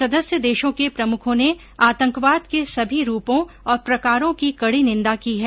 सदस्य देशों के प्रमुखों ने आतंकवाद के सभी रूपों और प्रकारों की केड़ी निन्दा की है